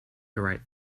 write